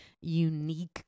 unique